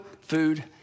food